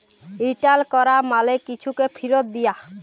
return ক্যরা মালে কিছুকে ফিরত দিয়া